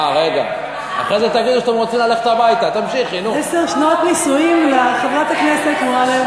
עשר שנות נישואין לחברת הכנסת מועלם.